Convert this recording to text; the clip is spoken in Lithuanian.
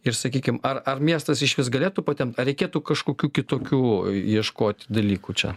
ir sakykim ar ar miestas išvis galėtų patemt ar reikėtų kažkokių kitokių ieškot dalykų čia